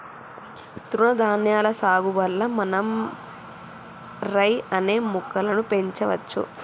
తృణధాన్యాల సాగు వల్ల మనం రై అనే మొక్కలను పెంచవచ్చు